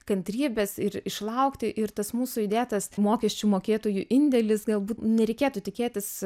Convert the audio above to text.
kantrybės ir išlaukti ir tas mūsų įdėtas mokesčių mokėtojų indėlis galbūt nereikėtų tikėtis